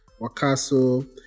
Wakaso